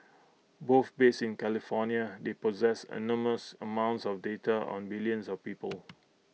both based in California they possess enormous amounts of data on billions of people